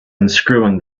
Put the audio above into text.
unscrewing